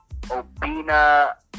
Obina